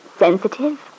Sensitive